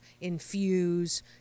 infuse